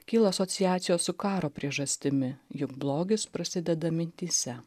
kyla asociacijos su karo priežastimi juk blogis prasideda mintyse